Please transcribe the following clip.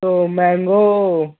تو مینگو